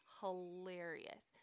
hilarious